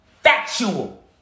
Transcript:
factual